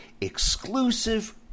exclusive